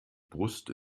brust